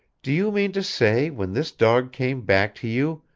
do you mean to say, when this dog came back to you,